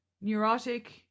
neurotic